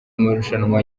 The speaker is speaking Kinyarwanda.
amarushanwa